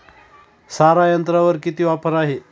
सारा यंत्रावर किती ऑफर आहे?